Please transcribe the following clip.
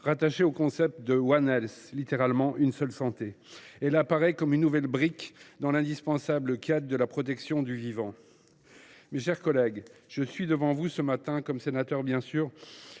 rattaché au concept de, en français « une seule santé ». Elle apparaît comme une nouvelle brique dans l’indispensable quête de la protection du vivant. Mes chers collègues, je suis devant vous ce matin en tant que sénateur, bien sûr,